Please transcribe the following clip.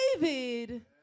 David